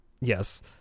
yes